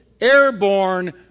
airborne